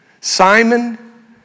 Simon